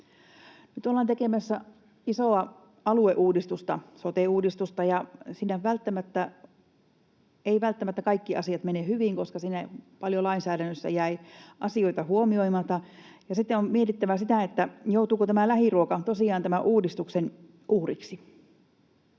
Nyt ollaan tekemässä isoa alueuudistusta, sote-uudistusta, ja siinä eivät välttämättä kaikki asiat mene hyvin, koska lainsäädännössä jäi paljon asioita huomioimatta, ja on mietittävä myös sitä, joutuuko lähiruoka tosiaan tämän uudistuksen uhriksi.